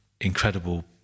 incredible